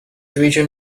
region